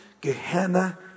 Gehenna